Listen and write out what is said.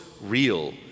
real